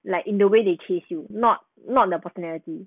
like in the way they chase you not not the personality